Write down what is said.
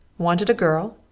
wanted a girl,